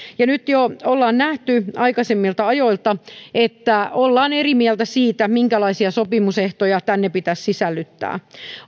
ja nyt ollaan nähty jo aikaisemmilta ajoilta että ollaan eri mieltä siitä minkälaisia sopi musehtoja tänne pitäisi sisällyttää